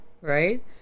right